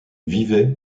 vivait